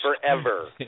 forever